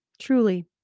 truly